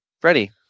Freddie